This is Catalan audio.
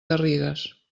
garrigues